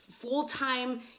full-time